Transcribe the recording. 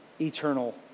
eternal